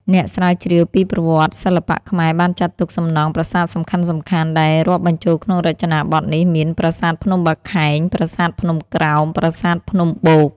អ្នកស្រាវជ្រាវពីប្រវត្តិសិល្បៈខ្មែរបានចាត់ទុក សំណង់ ប្រាសាទសំខាន់ៗ ដែលរាប់បញ្ចូលក្នុងរចនាបថនេះមាន ប្រាសាទភ្នំបាខែង ប្រាសាទភ្នំក្រោម ប្រាសាទភ្នំបូក ។